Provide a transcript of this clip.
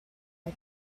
are